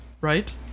Right